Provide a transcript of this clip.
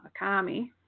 Akami